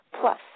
Plus